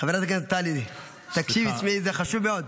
חברת הכנסת טלי, תקשיבי, זה חשוב מאוד.